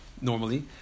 normally